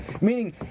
meaning